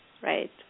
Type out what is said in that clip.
Right